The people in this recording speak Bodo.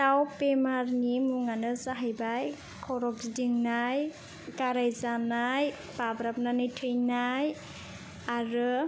दाउ बेमारनि मुङानो जाहैबाय खर' गिदिंनाय गाराय जानाय बाब्राबनानै थैनाय आरो